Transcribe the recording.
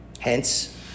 Hence